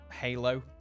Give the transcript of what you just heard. Halo